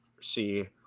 see